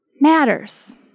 matters